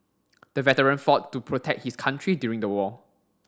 the veteran fought to protect his country during the war